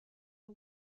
the